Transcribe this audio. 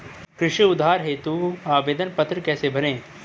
कृषि उधार हेतु आवेदन पत्र कैसे भरें?